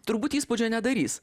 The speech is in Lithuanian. turbūt įspūdžio nedarys